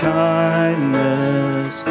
kindness